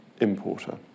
importer